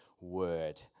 word